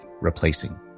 replacing